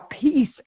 peace